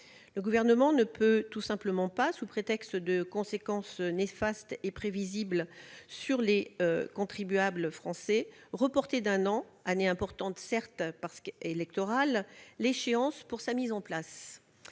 Le Gouvernement ne peut tout simplement pas, sous prétexte de conséquences néfastes et prévisibles sur les contribuables français, reporter d'un an- année importante, certes, parce qu'électorale -l'échéance de sa mise en place.